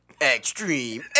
extreme